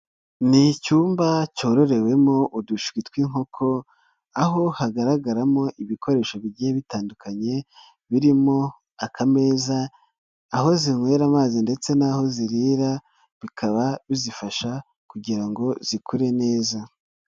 Ni icyumba cyororewemo udushwi tw'inkoko, aho hagaragaramo ibikoresho bigiye bitandukanye, birimo akameza, aho zinywera amazi ndetse n'aho zirira, bikaba bizifasha kugira ngo zikure neza.